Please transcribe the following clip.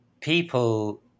people